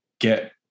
get